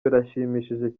birashimishije